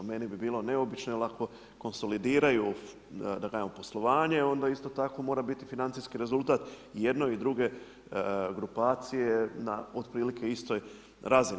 Meni bi bilo neobično, jer ako konsolidiraju, da kažemo poslovanje, onda isto tako mora biti financijski rezultat i jedne i druge grupacije na otprilike istoj razini.